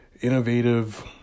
innovative